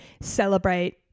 celebrate